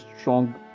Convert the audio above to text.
strong